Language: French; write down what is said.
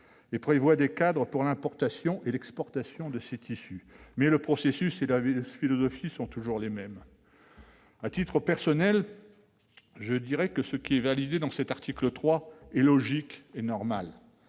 et prévoit des cadres pour l'importation et l'exportation de ces tissus. Mais le processus et la philosophie demeurent inchangés. À titre personnel, je dirais que ce qui est validé dans cet article 3 est logique et normal,